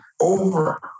over